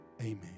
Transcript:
Amen